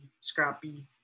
scrappy